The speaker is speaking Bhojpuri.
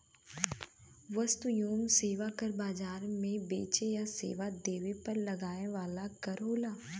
वस्तु एवं सेवा कर बाजार में बेचे या सेवा देवे पर लगाया वाला कर होला